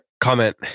comment